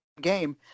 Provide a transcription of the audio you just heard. game